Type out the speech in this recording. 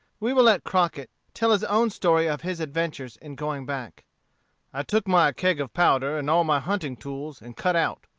we will let crockett tell his own story of his adventures in going back i took my keg of powder and all my hunting tools and cut out.